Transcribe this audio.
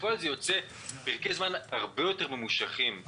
בפועל זה יוצא פרקי זמן הרבה יותר ממושכים.